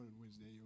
Wednesday